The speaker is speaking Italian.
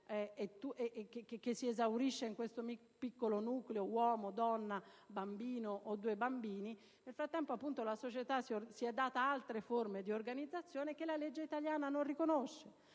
che si esaurisce in questo piccolo nucleo uomo, donna e bambino, o magari due bambini: nel tempo, la società si è data altre forme di organizzazione che la legge italiana non riconosce),